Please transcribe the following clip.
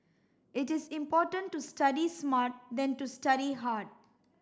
it is important to study smart than to study hard